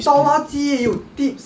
倒垃圾也有 tips